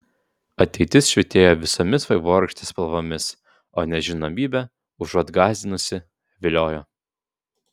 ateitis švytėjo visomis vaivorykštės spalvomis o nežinomybė užuot gąsdinusi viliojo